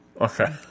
Okay